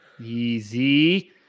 Easy